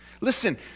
Listen